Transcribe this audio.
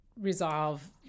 resolve